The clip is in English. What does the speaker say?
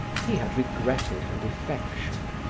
he had regretted her defection,